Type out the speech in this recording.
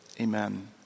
Amen